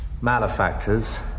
Malefactors